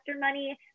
money